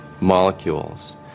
molecules